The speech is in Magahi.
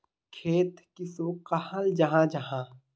खेत किसोक कहाल जाहा जाहा?